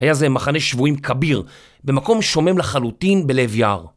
היה זה מחנה שבויים כביר, במקום שומם לחלוטין בלב יער.